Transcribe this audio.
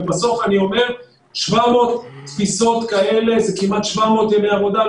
ובסוף אני אומר 700 תפיסות כאלה זה כמעט 700 ימי עבודה.